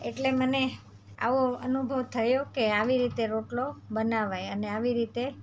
એટલે મને આવો અનુભવ થયો કે આવી રીતે રોટલો બનાવાય અને આવી રીતે